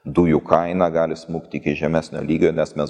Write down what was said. dujų kaina gali smukti iki žemesnio lygio nes mes